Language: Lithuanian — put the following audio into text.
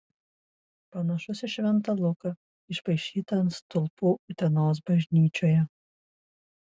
panašus į šventą luką išpaišytą ant stulpų utenos bažnyčioje